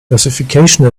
classification